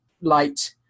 light